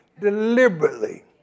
deliberately